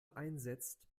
einsetzt